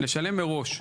לשלם מראש.